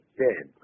dead